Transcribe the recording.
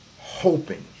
hoping